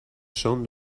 són